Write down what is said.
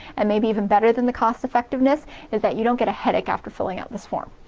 and maybe even better than the cost-effectiveness is that you don't get a headache after filling out this form.